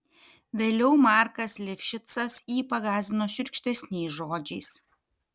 vėliau markas livšicas jį pagąsdino šiurkštesniais žodžiais